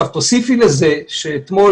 תוסיפי לזה שאתמול,